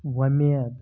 وۄمید